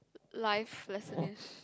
life lesson ish